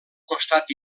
costat